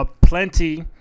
Plenty